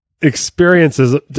experiences